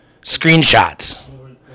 Screenshots